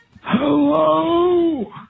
Hello